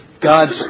God's